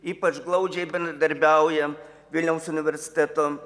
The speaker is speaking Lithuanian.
ypač glaudžiai bendradarbiauja vilniaus universiteto